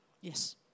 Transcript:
Yes